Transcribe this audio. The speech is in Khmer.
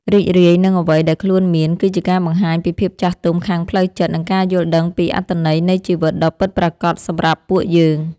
រីករាយនឹងអ្វីដែលខ្លួនមានគឺជាការបង្ហាញពីភាពចាស់ទុំខាងផ្លូវចិត្តនិងការយល់ដឹងពីអត្ថន័យនៃជីវិតដ៏ពិតប្រាកដសម្រាប់ពួកយើង។